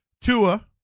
Tua